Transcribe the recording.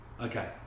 Okay